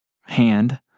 hand